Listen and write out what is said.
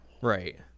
Right